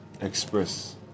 express